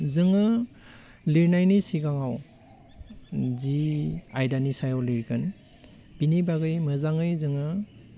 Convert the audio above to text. जोङो लिरनायनि सिगाङाव दि आयदानि सायाव लिरगोन बिनि बागै मोजाङै जोङो